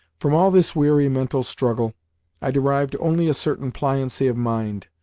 from all this weary mental struggle i derived only a certain pliancy of mind,